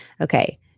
okay